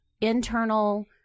internal